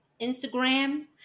instagram